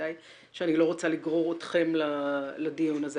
ובוודאי שאני לא רוצה לגרור אתכם לדיון הזה.